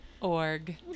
org